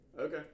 Okay